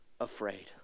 afraid